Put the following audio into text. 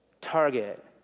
target